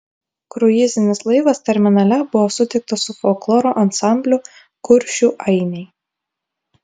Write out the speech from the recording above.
kruizinis laivas terminale buvo sutiktas su folkloro ansambliu kuršių ainiai